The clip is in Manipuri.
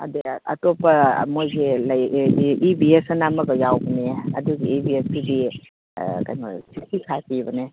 ꯑꯗꯩ ꯑꯇꯣꯞꯄ ꯃꯣꯏꯒꯤ ꯂꯩ ꯏ ꯚꯤ ꯑꯦꯁ ꯑꯅ ꯑꯃꯒ ꯌꯥꯎꯕꯅꯦ ꯑꯗꯨꯗꯤ ꯏ ꯚꯤ ꯑꯦꯁ ꯀꯤꯗꯤ ꯀꯩꯅꯣ ꯁꯤꯛꯁꯇꯤ ꯐꯥꯏꯚ ꯄꯤꯕꯅꯦ